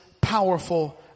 powerful